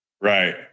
Right